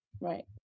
Right